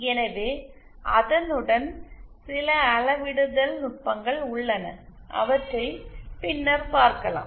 எனவே அதனுடன் சில அளவிடுதல் நுட்பங்கள் உள்ளன அவற்றை பின்னர் பார்க்கலாம்